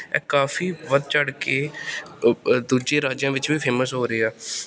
ਇਹ ਕਾਫੀ ਵੱਧ ਚੜ੍ਹ ਕੇ ਓਹ ਓਹ ਦੂਜੇ ਰਾਜਿਆਂ ਵਿੱਚ ਵੀ ਫੇਮਸ ਹੋ ਰਹੇ ਆ